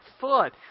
foot